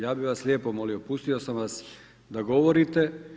Ja bih vas lijepo molio pustio sam vas da govorite.